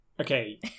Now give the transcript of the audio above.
okay